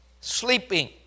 sleeping